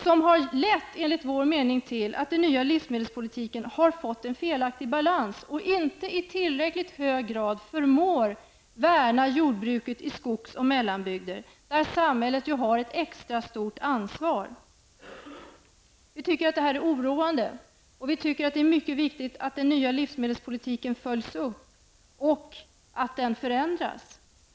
Det har enligt vår mening lett till att den nya livsmedelspolitiken har fått en felaktig balans och inte i tillräckligt hög grad förmår värna jordbruket i skogs och mellanbygder, där samhället ju har ett extra stort ansvar. Vi tycker att detta är oroande. Vi tycker att det är mycket viktigt att den nya livsmedelspolitiken följs upp och förändras.